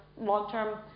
long-term